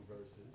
verses